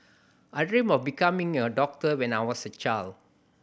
I dreamt of becoming a doctor when I was a child